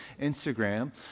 Instagram